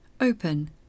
Open